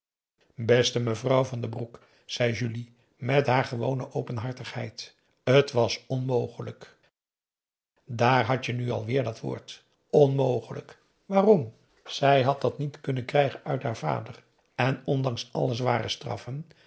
beste mevrouw van den broek zei julie met haar gewone openhartigheid t was onmogelijk daar hadt je nu alweêr dat woord onmogelijk waarom zij had dat niet kunnen krijgen uit haar vader en ondanks alle zware straffen